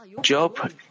Job